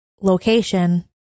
location